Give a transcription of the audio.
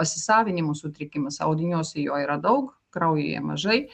pasisavinimo sutrikimas audiniuose jo yra daug kraujyje mažai